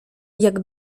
jak